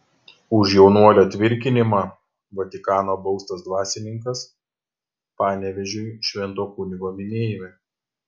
už jaunuolio tvirkinimą vatikano baustas dvasininkas panevėžiui švento kunigo minėjime